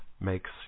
makes